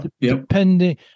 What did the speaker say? depending